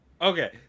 Okay